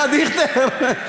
אה, דיכטר?